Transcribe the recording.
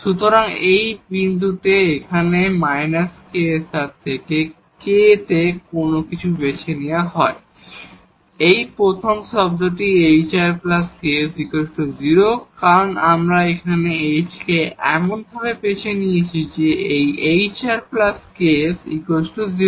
সুতরাং এই বিন্দুতে এখানে যখন এই −ksr থেকে k কে যে কোন k এর জন্য বেছে নেওয়া হয় এই প্রথম টার্মটি hrks 0 কারণ আমরা আমাদের h কে এমনভাবে বেছে নিয়েছি যে এই hrks 0